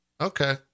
Okay